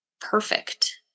perfect